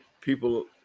people